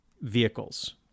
vehicles